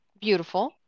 beautiful